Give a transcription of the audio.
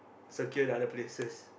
secure the other places